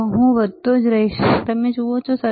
જો હું વધતો જ રહીશ તો તમે જુઓ છો